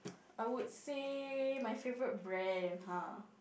I would say my favourite brand !huh!